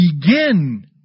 begin